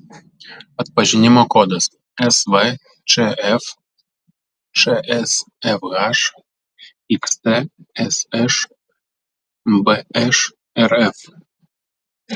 atpažinimo kodas svčf čsfh xtsš bšrf